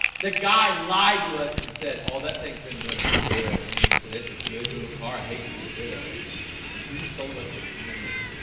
the guy lied to us and said all that thing's been running good man, he said it's a good little car i hate to get rid of it and he sold us a lemon